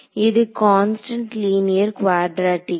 இது constant linear குவாட்ரேடிக்கா